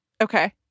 Okay